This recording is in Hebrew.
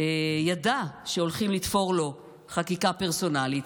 ידע שהולכים לתפור לו חקיקה פרסונלית.